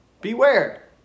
Beware